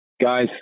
guys